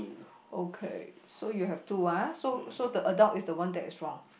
okay so you have two ah so so the adult is the one that is wrong